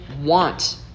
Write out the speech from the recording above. want